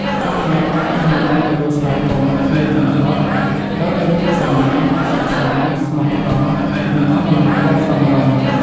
បរិយាកាសក្នុងការទទួលស្វាគមន៍ភ្ញៀវជនបទផ្តោតលើភាពសាមញ្ញ សុខសាន្ត ស្មោះត្រង់ និងអោយតម្លៃយ៉ាងសមរម្យ។